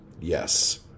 yes